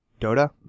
Dota